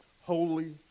Holy